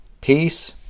peace